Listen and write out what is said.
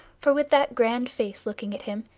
for with that grand face looking at him,